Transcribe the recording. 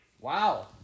Wow